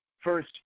First